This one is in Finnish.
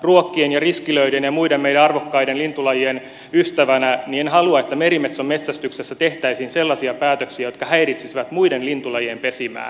ruokkien ja riskilöiden ja muiden meidän arvokkaiden lintulajien ystävänä en halua että merimetson metsästyksessä tehtäisiin sellaisia päätöksiä jotka häiritsisivät muiden lintulajien pesimää